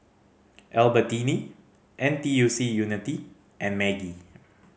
Albertini N T U C Unity and Maggi